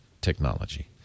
technology